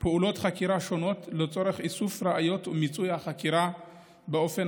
פעולות חקירה שונות לצורך איסוף ראיות ומיצוי החקירה באופן